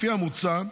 לפי המוצע,